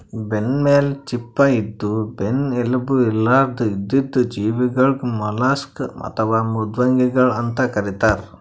ಬೆನ್ನಮೇಲ್ ಚಿಪ್ಪ ಇದ್ದು ಬೆನ್ನ್ ಎಲುಬು ಇರ್ಲಾರ್ದ್ ಇದ್ದಿದ್ ಜೀವಿಗಳಿಗ್ ಮಲುಸ್ಕ್ ಅಥವಾ ಮೃದ್ವಂಗಿಗಳ್ ಅಂತ್ ಕರಿತಾರ್